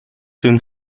soon